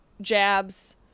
jabs